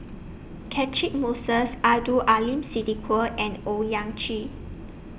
Catchick Moses Abdul Aleem Siddique and Owyang Chi